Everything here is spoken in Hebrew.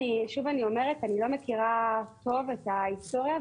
אני לא מכירה טוב את ההיסטוריה,